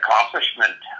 accomplishment